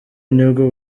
nibwo